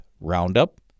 Roundup